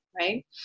right